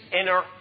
inner